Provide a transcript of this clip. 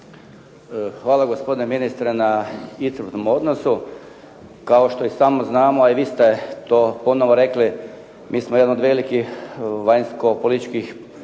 Hvala gospodine ministre na iscrpnom odgovoru. Kao što i sami znamo a i vi ste to ponovno rekli mi smo jedan od velikih vanjsko-političkih uspjeha